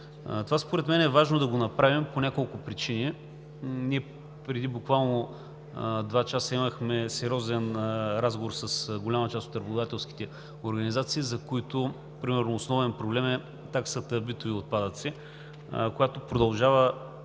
Това според мен е важно да го направим по няколко причини. Преди буквално два часа ние имахме сериозен разговор с голяма част от работодателските организации, за които основен проблем е таксата за битови отпадъци, която продължава